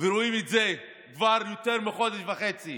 ורואים את זה כבר יותר מחודש וחצי.